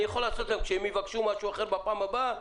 אני יכול לנהוג כך שכאשר הם יבקשו משהו אחר בפעם הבאה,